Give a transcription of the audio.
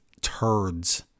turds